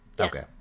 Okay